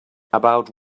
about